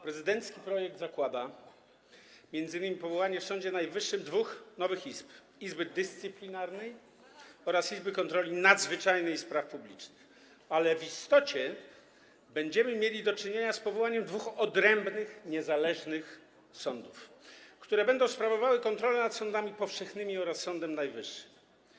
Prezydencki projekt zakłada m.in. powołanie w Sądzie Najwyższym dwóch nowych izb: Izby Dyscyplinarnej oraz Izby Kontroli Nadzwyczajnej i Spraw Publicznych, ale w istocie będziemy mieli do czynienia z powołaniem dwóch odrębnych, niezależnych sądów, które będą sprawowały kontrolę nad sądami powszechnymi oraz Sądem Najwyższym.